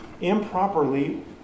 improperly